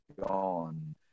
gone